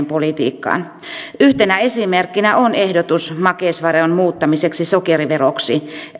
politiikkaan yhtenä esimerkkinä on ehdotus makeisveron muuttamisesta sokeriveroksi